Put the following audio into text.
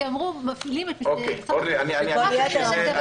כי אמרו: מפלים את משרד החינוך רק לעניין הזה.